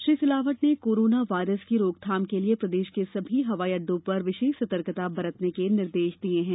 श्री सिलावट ने corona virus की रोकथाम के लिए प्रदेष के सभी हवाई अड्डों पर विषेष सतर्कता बरतने के निर्देष दिए हैं